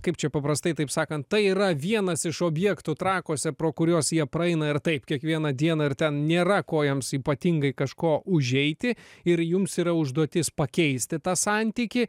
kaip čia paprastai taip sakant tai yra vienas iš objektų trakuose pro kuriuos jie praeina ir taip kiekvieną dieną ir ten nėra ko jiems ypatingai kažko užeiti ir jums yra užduotis pakeisti tą santykį